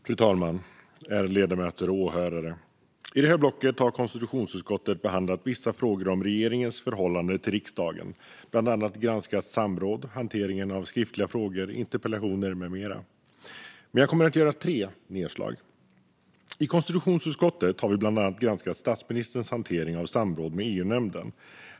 Fru talman, ärade ledamöter och åhörare! I det här blocket har konstitutionsutskottet behandlat vissa frågor om regeringens förhållande till riksdagen och granskat bland annat samråd, hanteringen av skriftliga frågor och interpellationer med mera. Jag kommer att göra tre nedslag. I konstitutionsutskottet har vi bland annat granskat statsministerns hantering av samråd med EU-nämnden.